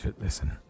Listen